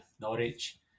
Norwich